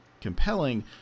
compelling